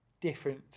different